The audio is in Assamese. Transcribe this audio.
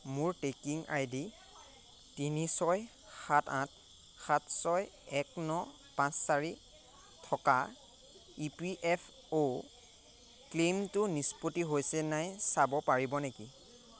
মোৰ টেকিং আই ডি তিনি ছয় সাত আঠ সাত ছয় এক ন পাঁচ চাৰি থকা ইপিএফঅ' ক্লেইমটো নিষ্পত্তি হৈছে নে নাই চাব পাৰিব নেকি